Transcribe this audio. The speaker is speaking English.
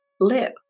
live